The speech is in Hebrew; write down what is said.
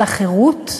על החירות,